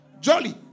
Jolly